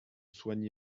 soigné